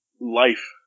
life